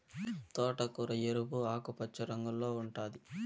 తోటకూర ఎరుపు, ఆకుపచ్చ రంగుల్లో ఉంటాది